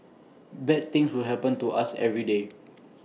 bad things will happen to us every day